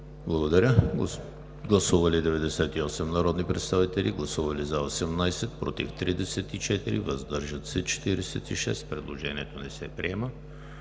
Бойчев. Гласували 98 народни представители: за 18, против 34, въздържали се 46. Предложението не се приема.